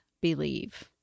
believe